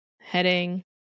heading